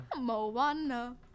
Moana